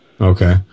Okay